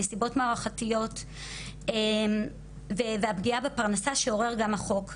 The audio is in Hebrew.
נסיבות מערכתיות והפגיעה בפרנסה שעורר גם החוק,